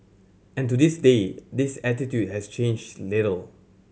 and to this day this attitude has changed little